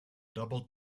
double